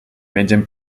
mengen